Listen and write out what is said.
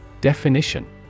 Definition